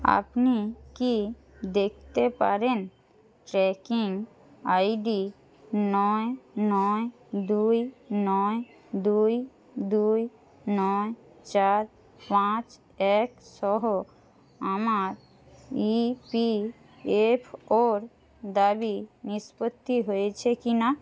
আপনি কি দেখতে পারেন ট্র্যাকিং আইডি নয় নয় দুই নয় দুই দুই নয় চার পাঁচ এক সহ আমার ই পি এফ ওর দাবি নিষ্পত্তি হয়েছে কিনা